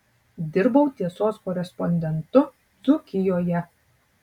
dirbau tiesos korespondentu dzūkijoje